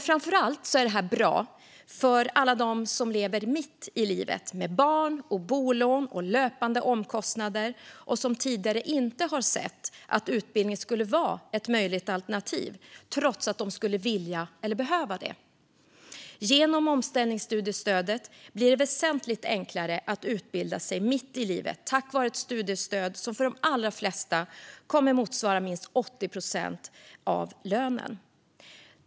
Framför allt är detta bra för alla dem som är mitt i livet med barn, bolån och löpande omkostnader och som tidigare inte har sett att utbildning skulle vara ett möjligt alternativ trots att de skulle vilja eller behöva det. Genom omställningsstudiestödet blir det väsentligt enklare att utbilda sig mitt i livet, tack vare ett studiestöd som för de allra flesta kommer att motsvara minst 80 procent av lönen.